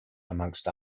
amongst